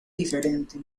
diferente